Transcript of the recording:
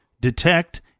detect